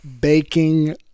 Baking